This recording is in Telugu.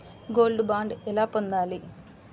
గోల్డ్ బాండ్ ఎలా పొందాలి?